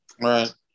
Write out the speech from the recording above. Right